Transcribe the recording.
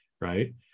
Right